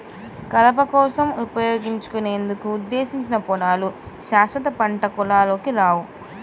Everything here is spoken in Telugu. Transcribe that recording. కలప కోసం ఉపయోగించేందుకు ఉద్దేశించిన పొలాలు శాశ్వత పంటల కోవలోకి రావు